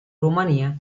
romania